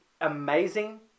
amazing